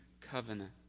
covenant